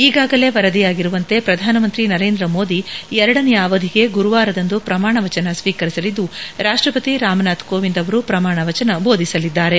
ಈಗಾಗಲೇ ವರದಿಯಾಗಿರುವಂತೆ ಪ್ರಧಾನಮಂತ್ರಿ ನರೇಂದ್ರ ಮೋದಿ ಎರಡನೆಯ ಅವಧಿಗೆ ಗುರುವಾರದಂದು ಪ್ರಮಾಣವಚನ ಸ್ವೀಕರಿಸಲಿದ್ದು ರಾಷ್ಟ್ರಪತಿ ರಾಮನಾಥ್ ಕೋವಿಂದ್ ಅವರು ಪ್ರಮಾಣವಚನ ಬೋಧಿಸಲಿದ್ದಾರೆ